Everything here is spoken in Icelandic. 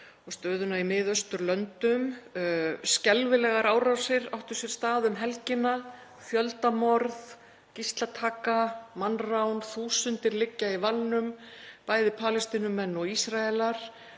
og stöðuna í Miðausturlöndum. Skelfilegar árásir áttu sér stað um helgina: Fjöldamorð, gíslataka, mannrán, þúsundir liggja í valnum, bæði Palestínumenn og Ísraelar,